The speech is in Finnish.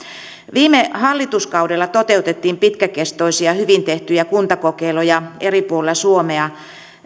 viime hallituskaudella toteutettiin pitkäkestoisia hyvin tehtyjä kuntakokeiluja eri puolilla suomea